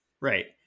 Right